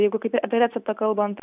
jeigu kaip apie receptą kalbant